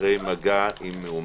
אחרי מגע עם מאומת.